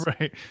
right